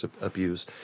abuse